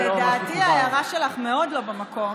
לדעתי, ההערה שלך מאוד לא במקום,